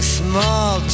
small